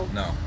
no